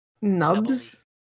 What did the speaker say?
Nubs